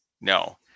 no